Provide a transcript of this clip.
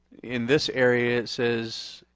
in this area it says,